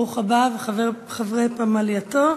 ברוך הבא, וחברי פמלייתו,